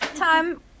time